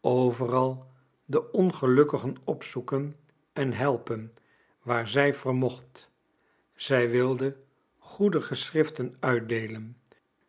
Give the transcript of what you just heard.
overal de ongelukkigen opzoeken en helpen waar zij vermocht zij wilde goede geschriften uitdeelen